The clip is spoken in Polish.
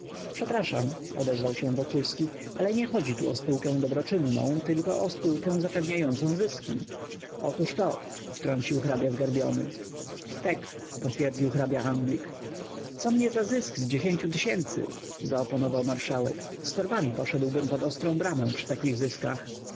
przepraszam odezwał się wokulski ale nie chodzi tu o spółkę dobroczynną tylko o spółkę zapewniającą zyski otóż to wtrącił hrabia zgarbiony tek potwierdził hrabia anglik co mnie za zysk z dziesięciu tysięcy zaoponował marszałek z torbamibym poszedł pod ostrą bramę przy takich zyskach